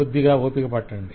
కొద్దిగా ఓపిక పట్టండి